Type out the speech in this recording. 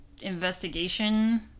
Investigation